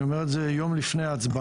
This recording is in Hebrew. אני אומר את זה יום לפני ההצבעה.